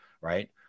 right